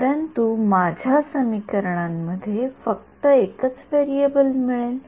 परंतु माझ्या समीकरणांमध्ये फक्त एकच व्हेरिएबल मिळेल